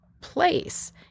place